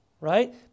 right